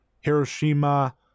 Hiroshima